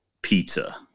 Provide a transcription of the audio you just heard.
Pizza